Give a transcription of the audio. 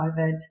COVID